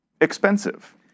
expensive